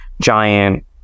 giant